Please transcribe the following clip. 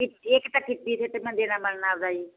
ਇੱਕ ਇੱਕ ਤਾਂ ਕਿੱਟੀ ਸੈੱਟ ਦੇਣਾ ਬਣਨਾ ਮੈਂ ਆਪਦਾ ਜੀ